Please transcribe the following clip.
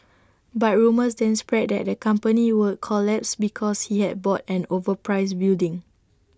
but rumours then spread that the company would collapse because he had bought an overpriced building